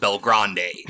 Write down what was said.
belgrande